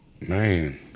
man